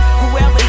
Whoever